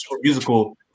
musical